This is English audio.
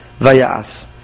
Vayas